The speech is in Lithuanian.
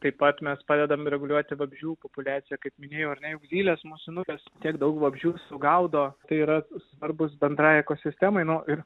taip pat mes padedam reguliuoti vabzdžių populiaciją kaip minėjau ar ne juk zylės musinukės tiek daug vabzdžių sugaudo tai yra svarbus bendrai ekosistemai nu ir